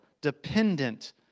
dependent